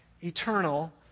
eternal